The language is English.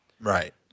Right